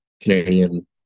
Canadian